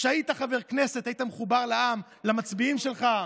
כשהיית חבר כנסת, היית מחובר לעם, למצביעים שלך.